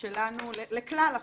שלנו לכלל החוק.